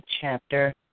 chapter